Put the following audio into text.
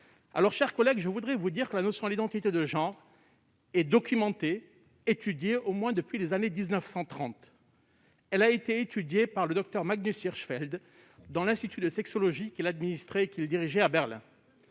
Mes chers collègues, je voudrais vous dire que cette notion d'identité de genre est documentée depuis au moins les années 1930. Elle a été étudiée par le docteur Magnus Hirschfeld dans le cadre de l'Institut de sexologie qu'il dirigeait et administrait à Berlin.